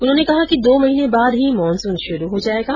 उन्होंने कहा कि दो महीने बाद ही मॉनसून शुरू हो जायेगा